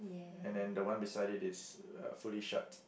and then the one beside it is uh fully shut